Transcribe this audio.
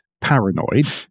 paranoid